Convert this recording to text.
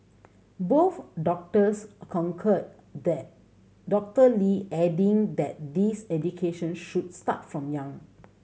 both doctors concurred that Doctor Lee adding that this education should start from young